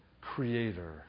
creator